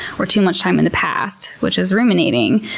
or too much time in the past, which is ruminating,